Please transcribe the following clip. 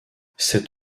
cet